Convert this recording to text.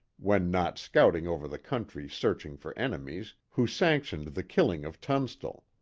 when not scouting over the country searching for enemies, who sanctioned the killing of tunstall.